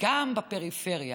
וגם בפריפריה,